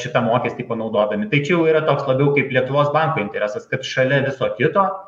šitą mokestį panaudodami tai čia jau yra toks labiau kaip lietuvos banko interesas kad šalia viso kito